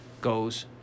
goes